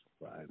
right